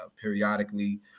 periodically